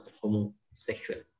homosexual